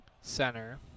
center